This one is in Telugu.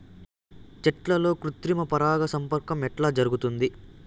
చెట్లల్లో కృత్రిమ పరాగ సంపర్కం ఎట్లా జరుగుతుంది?